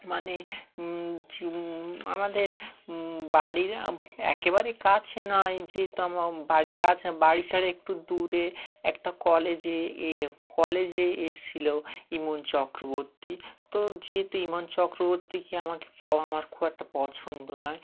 মানে যে আমাদের বাড়ির একেবারে কাছে নয় যেহেতু আমার বাড়ির কাছে না বাড়ি ছেড়ে একটু দূরে একটা কলেজে এ কলেজে এসেছিল ইমন চক্রবর্তী তো যেহেতু ইমন চক্রবর্তীকে আমাকে পাওয়া আমার খুব একটা পছন্দ নয়